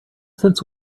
since